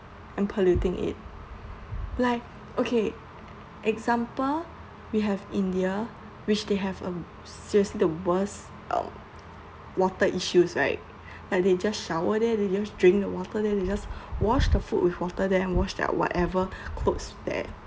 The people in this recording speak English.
and polluting it like okay example we have india which they have a seriously the worse um water issues right but they just shower in it they just drink the water then they just wash the food with water then they washed out whatever clothes there